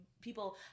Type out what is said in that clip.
people